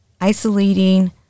isolating